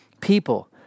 people